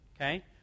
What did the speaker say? Okay